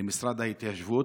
למשרד ההתיישבות.